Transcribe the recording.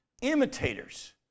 imitators